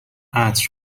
عطر